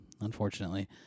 unfortunately